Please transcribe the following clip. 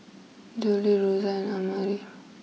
Joelle Rossie